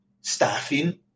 staffing